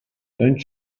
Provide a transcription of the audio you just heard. don’t